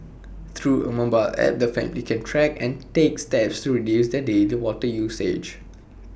through A mobile app the family can track and take steps to reduce their daily water usage